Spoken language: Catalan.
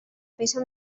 peça